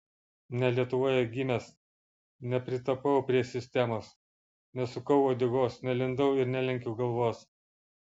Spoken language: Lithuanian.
ne lietuvoje gimęs nepritapau prie sistemos nesukau uodegos nelindau ir nelenkiau galvos